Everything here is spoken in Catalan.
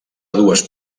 dues